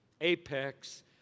apex